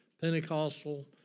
Pentecostal